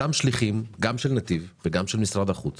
אותם שליחים גם של נתיב וגם של משרד החוץ